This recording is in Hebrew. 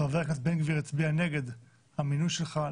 חבר הכנסת בן גביר הצביע נגד המינוי שלך.